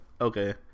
Okay